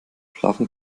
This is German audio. schlafen